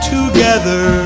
Together